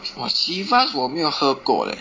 !wah! Chivas 我没有喝过 leh